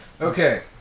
Okay